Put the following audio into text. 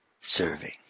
serving